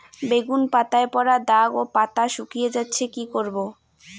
বেগুন পাতায় পড়া দাগ ও পাতা শুকিয়ে যাচ্ছে কি করব?